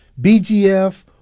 BGF